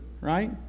right